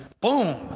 boom